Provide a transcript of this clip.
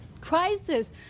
crisis